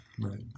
Right